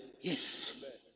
Yes